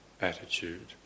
attitude